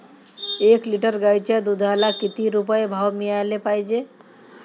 एक लिटर गाईच्या दुधाला किती रुपये भाव मिळायले पाहिजे?